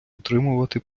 отримувати